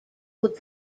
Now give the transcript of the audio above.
who